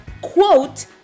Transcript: quote